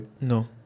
No